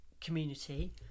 community